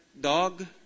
dog